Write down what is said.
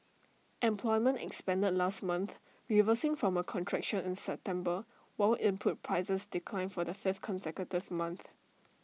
employment expanded last month reversing from A contraction in September while input prices declined for the fifth consecutive month